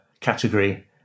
category